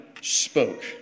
spoke